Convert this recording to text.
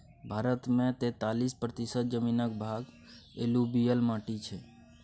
भारत मे तैतालीस प्रतिशत जमीनक भाग एलुयुबियल माटि छै